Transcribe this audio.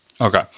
Okay